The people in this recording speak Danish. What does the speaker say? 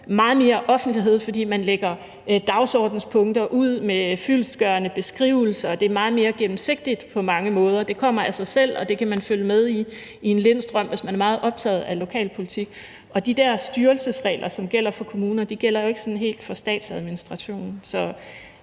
meget mere offentlighed, fordi man lægger dagsordenspunkter ud med fyldestgørende beskrivelser, og det er meget mere gennemsigtigt på mange måder. Det kommer af sig selv, og det kan man følge med i i en lind strøm, hvis man er meget optaget af lokalpolitik. Og de der styrelsesregler, som gælder for kommuner, gælder jo ikke sådan helt for statsadministrationen. Så